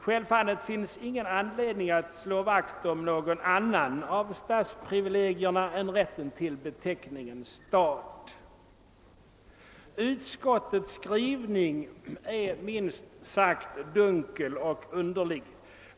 Självfallet finns ingen anledning att slå vakt om något annat av stadsprivilegierna än rätten till beteckningen stad. Utskottets skrivning är minst sagt dunkel och underlig.